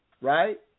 right